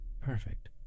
perfect